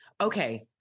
okay